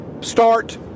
Start